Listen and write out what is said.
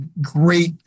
great